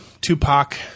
Tupac